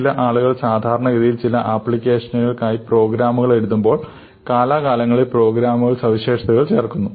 ചില ആളുകൾ സാധാരണഗതിയിൽ ചില ആപ്ലിക്കേഷനുകൾക്കായി പ്രോഗ്രാമുകൾ എഴുതുമ്പോൾ കാലാകാലങ്ങളിൽ പ്രോഗ്രാമുകളിൽ സവിശേഷതകൾ ചേർക്കുന്നു